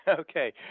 Okay